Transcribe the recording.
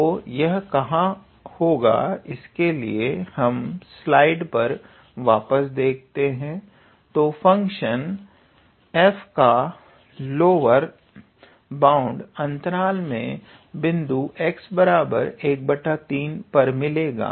तो यह कहाँ होगा इसके लिए हम स्लाइड पर वापस देखते हैं तो फंक्शन f का लोअर बाउंड अंतराल में बिंदु 𝑥 13 पर मिलेगा